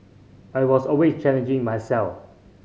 I was always challenging myself